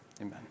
amen